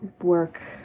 work